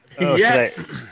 Yes